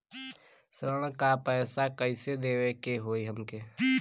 ऋण का पैसा कइसे देवे के होई हमके?